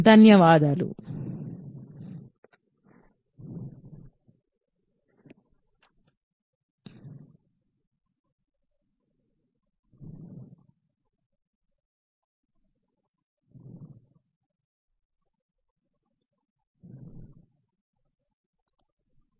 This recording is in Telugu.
ధన్యవాదాలు